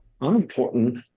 unimportant